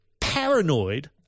paranoid